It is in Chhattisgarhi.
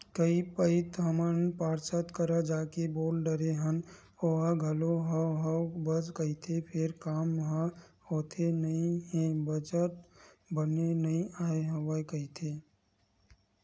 कई पइत हमन पार्षद करा जाके बोल डरे हन ओहा घलो हव हव बस कहिथे फेर काम ह होथे नइ हे बजट बने नइ आय हवय कहिथे